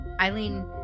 Eileen